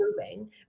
moving